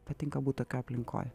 patinka būt tokio aplinkoj